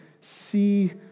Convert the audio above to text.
see